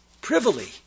privily